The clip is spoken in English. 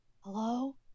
Hello